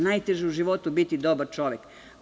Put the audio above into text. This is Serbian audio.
Najteže je u životu biti dobar čovek.